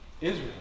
Israel